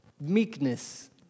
Meekness